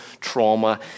trauma